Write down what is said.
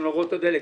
צנרות הדלק,